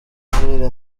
jules